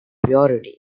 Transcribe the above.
priority